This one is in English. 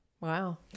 Wow